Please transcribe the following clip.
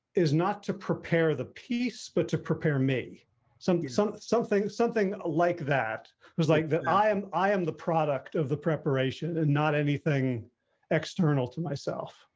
is not to prepare the piece, but to prepare me something, something, something something like that was like that i am, i am the product of the preparation and not anything external to myself.